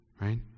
Right